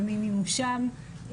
ומימושם.